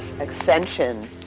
Extension